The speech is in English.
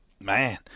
Man